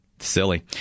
Silly